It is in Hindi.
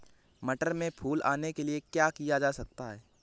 मटर में फूल आने के लिए क्या किया जा सकता है?